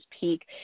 peak